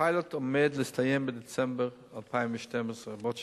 הפיילוט עומד להסתיים בדצמבר 2012, בעוד שנה,